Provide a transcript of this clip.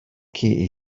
key